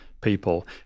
people